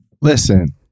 Listen